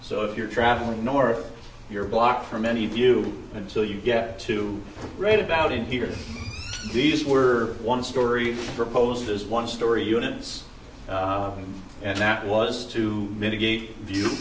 so if you're travelling north you're blocked from any of you until you get to read about it here these were one story proposed as one story units and that was to mitigate view